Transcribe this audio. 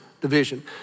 division